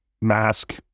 mask